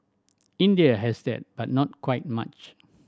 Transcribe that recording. India has that but not quite much